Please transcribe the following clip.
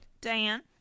Diane